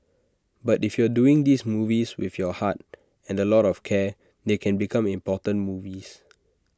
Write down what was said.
but if you doing these movies with your heart and A lot of care they can become important movies